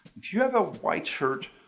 if you have a white shirt,